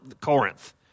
Corinth